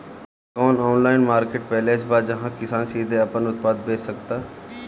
का कोनो online marketplace बा जहां किसान सीधे अपन उत्पाद बेच सकता?